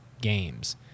games